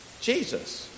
Jesus